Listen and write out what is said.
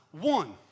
one